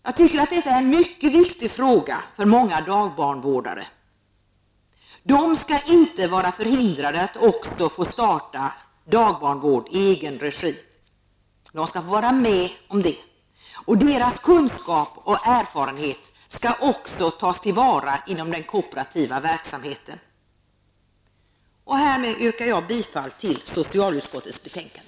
Jag tycker att detta är en mycket viktig fråga för många dagbarnvårdare. De skall inte vara förhindrade att starta dagbarnvård i egen regi. De skall få vara med om det. Deras kunskap och erfarenhet skall också tas till vara inom den kooperativa verksamheten. Härmed yrkar jag bifall till hemställan i socialutskottets betänkande.